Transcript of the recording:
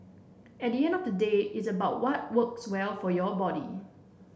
at the end of the day it's about what works well for your body